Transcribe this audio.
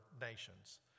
nations